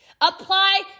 Apply